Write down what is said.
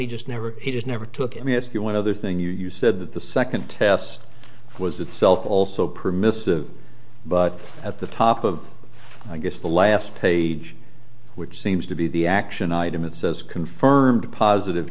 he just never has never took me ask you one other thing you said that the second test was itself also permissive but at the top of i guess the last page which seems to be the action item it says confirmed positive